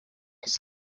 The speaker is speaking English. his